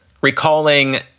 recalling